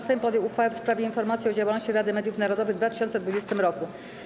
Sejm podjął uchwałę w sprawie Informacji o działalności Rady Mediów Narodowych w 2020 roku.